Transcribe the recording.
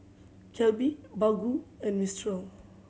Calbee Baggu and Mistral